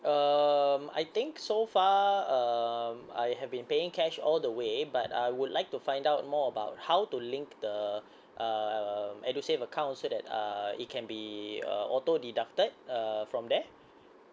um I think so far um I have been paying cash all the way but I would like to find out more about how to link the um edusave account so that uh it can be uh auto deducted err from there